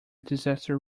disaster